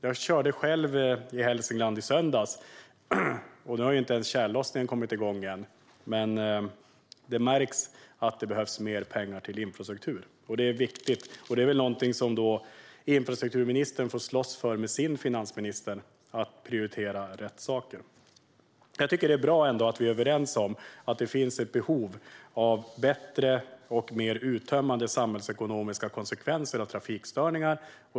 Jag körde själv i Hälsingland i söndags, och trots att tjällossningen inte ens har kommit igång märks det att det behövs mer pengar till infrastrukturen. Detta är något som infrastrukturministern får slåss för med sin finansminister - att prioritera rätt saker. Det är bra att vi är överens om att det finns ett behov av en bättre och mer uttömmande bild av de samhällsekonomiska konsekvenserna av trafikstörningar.